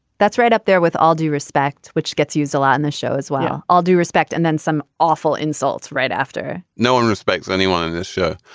that's right up there with all due respect. which gets used a lot in the show as well. all due respect and then some awful insults right after no one respects anyone in this show.